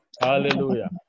Hallelujah